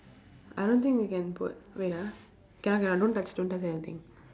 I don't think we can put wait ah cannot cannot don't touch don't touch anything